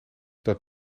dat